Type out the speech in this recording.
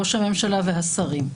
ראש הממשלה והשרים.